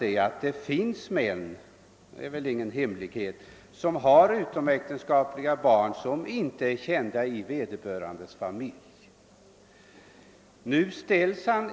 Det är väl ingen hemlighet att det finns män som har utomäktenskapliga barn vilka inte är kända i vederbörandes familj.